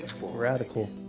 Radical